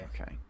Okay